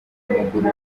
w’amaguru